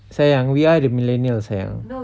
sayang we are the millennials sayang